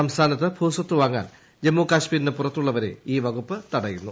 സംസ്ഥാനത്ത് ഭൂസ്വത്ത് വാങ്ങാൻ ജമ്മു കശ്മിരിന് പുറത്തുള്ളവരെ ഈ വകുപ്പ് തടയുന്നു